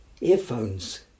earphones